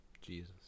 Jesus